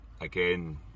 again